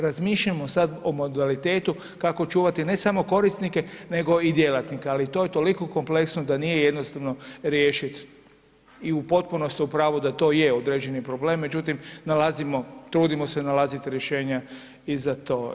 Razmišljamo sad o modalitetu kako očuvati ne samo korisnike nego i djelatnike, ali to je toliko kompleksno da nije jednostavno riješiti i potpuno ste u pravu da to je određeni problem, međutim nalazimo, trudimo se nalazimo rješenja i za to.